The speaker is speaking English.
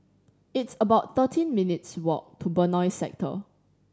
it's about thirteen minutes' walk to Benoi Sector